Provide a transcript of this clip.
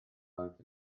oedd